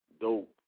dope